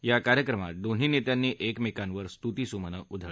या कार्यक्रमात दोन्ही नेत्यांनी एकमेकांवर स्तुतिसुमनं उधळली